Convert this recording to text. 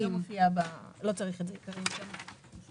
לא צריך את עיקריים שם.